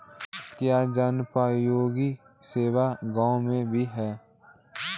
क्या जनोपयोगी सेवा गाँव में भी है?